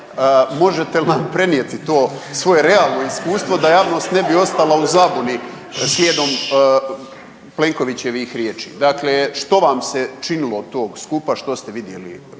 možete li nam prenijeti to svoje realno iskustvo da javnost ne bi ostala u zabuni sijedom Plenkovićevih riječi. Dakle, što vam se činilo s tog skupa, što ste vidjeli tamo